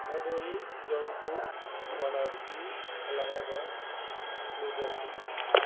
Bhadohi Jaunpur Banaras Allahabad Mirzapur